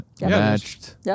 matched